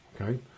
okay